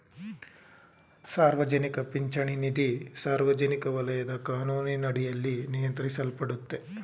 ಸಾರ್ವಜನಿಕ ಪಿಂಚಣಿ ನಿಧಿ ಸಾರ್ವಜನಿಕ ವಲಯದ ಕಾನೂನಿನಡಿಯಲ್ಲಿ ನಿಯಂತ್ರಿಸಲ್ಪಡುತ್ತೆ